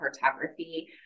cartography